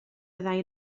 fyddai